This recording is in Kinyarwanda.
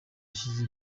yashyize